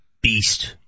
beast